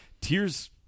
tears